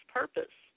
purpose